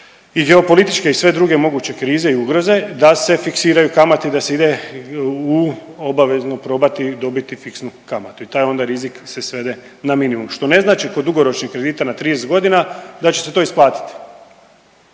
i geopolitičke i sve druge moguće krize i ugroze da se fiksiraju kamate i da se ide u obavezno probati dobiti fiksnu kamatu i taj onda rizik se svede na minimum što ne znači kod dugoročnih kredita na 30 godina da će se to isplatiti.